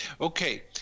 okay